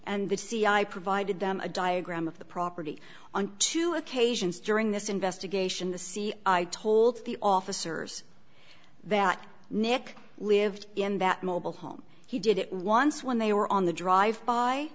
and the c i provided them a diagram of the property on two occasions during this investigation the see i told the officers that nick lived in that mobile home he did it once when they were on the drive by